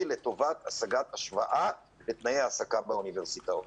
לטובת השגת השוואה לתנאי ההעסקה באוניברסיטאות.